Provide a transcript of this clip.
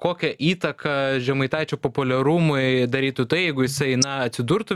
kokią įtaką žemaitaičio populiarumui darytų tai jeigu jisai na atsidurtų